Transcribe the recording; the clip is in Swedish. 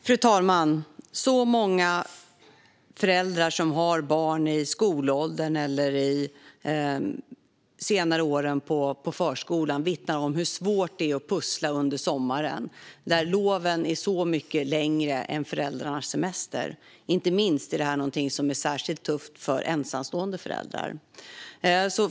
Fru talman! Många föräldrar som har barn i skolåldern eller i de senare åren på förskolan vittnar om hur svårt det är att pussla under sommaren, där loven är så mycket längre än föräldrarnas semester. Inte minst är detta något som är tufft för ensamstående föräldrar.